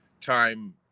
time